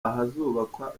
ahazubakwa